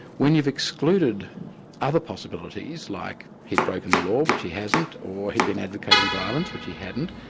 when you've excluded other possibilities, like he'd broken the law, which he hasn't, or he'd been advocating violence, which he hadn't,